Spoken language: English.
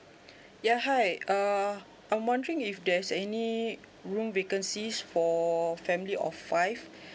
yeah hi uh I'm wondering if there's any room vacancies for a family of five